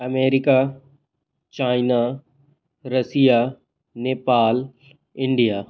America China Russia Nepal India